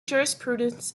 jurisprudence